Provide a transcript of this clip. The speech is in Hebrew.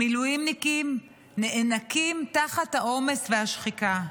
המילואימניקים נאנקים תחת העומס והשחיקה.